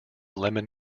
lemon